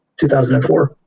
2004